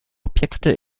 objekte